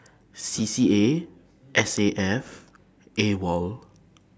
C C A S A F AWOL